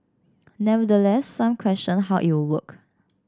nevertheless some questioned how it would work